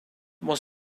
was